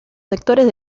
sectores